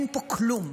אין פה כלום.